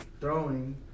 throwing